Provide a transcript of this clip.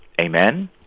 Amen